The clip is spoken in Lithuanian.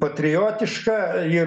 patriotišką ir